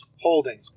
holding